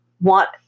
want